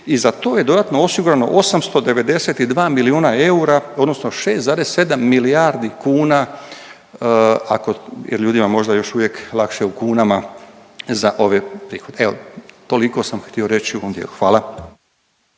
i za to je dodatno osigurano 892 milijuna eura, odnosno 6,7 milijardi kuna ako je ljudima možda još uvijek lakše u kunama za ove prihode. Evo toliko sam htio reći u ovom dijelu. Hvala.